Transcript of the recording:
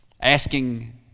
asking